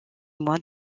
mois